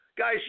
Guys